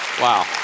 Wow